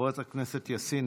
חברת הכנסת יאסין,